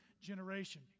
generation